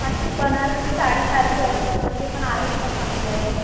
अशी बनारसी साडीसारखे असतात तसे पण आहेत का चांगलेवाले